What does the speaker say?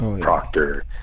Proctor